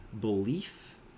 belief